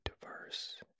diverse